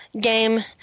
game